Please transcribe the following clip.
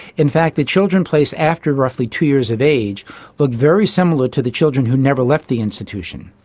in fact the children placed after roughly two years of age looked very similar to the children who never left the institution.